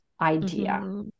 idea